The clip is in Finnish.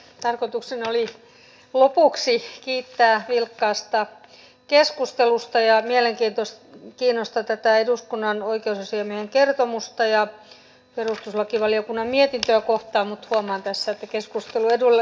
tarkoituksena oli lopuksi kiittää vilkkaasta keskustelusta ja mielenkiinnosta tätä eduskunnan oikeusasiamiehen kertomusta ja perustuslakivaliokunnan mietintöä kohtaan mutta huomaan tässä että keskustelu edelleen jatkuu